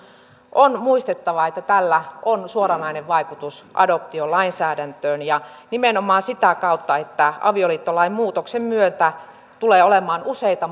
on muistettava että tällä on suoranainen vaikutus adoptiolainsäädäntöön ja nimenomaan sitä kautta että avioliittolain muutoksen myötä tulee olemaan useita